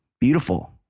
beautiful